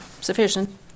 sufficient